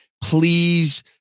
Please